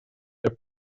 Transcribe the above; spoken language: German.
der